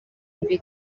mbi